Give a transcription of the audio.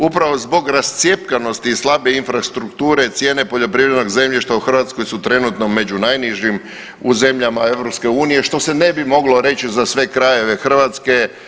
Upravo zbog rascjepkanosti i slabe infrastrukture cijene poljoprivrednog zemljišta u Hrvatskoj su trenutno među najnižim u zemljama EU, što se ne bi moglo reći za sve krajeve Hrvatske.